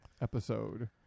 episode